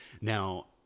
Now